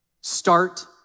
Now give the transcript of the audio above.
Start